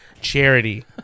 charity